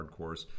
hardcores